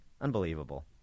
Unbelievable